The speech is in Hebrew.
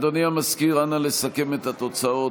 אדוני המזכיר, אנא סכם את התוצאות.